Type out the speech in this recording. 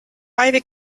ivy